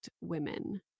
women